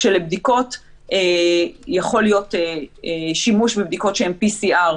כשלבדיקות יכול להיות שימוש בבדיקות שהן PCR,